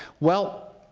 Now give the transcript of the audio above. well,